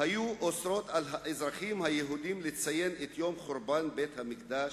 היו אוסרות על האזרחים היהודים לציין את יום חורבן בית-המקדש,